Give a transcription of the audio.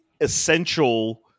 essential